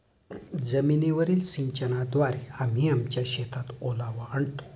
जमीनीवरील सिंचनाद्वारे आम्ही आमच्या शेतात ओलावा आणतो